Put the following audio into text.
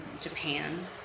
Japan